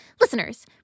Listeners